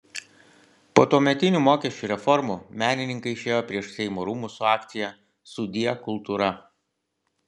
po tuometinių mokesčių reformų menininkai išėjo prieš seimo rūmus su akcija sudie kultūra